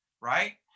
right